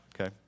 okay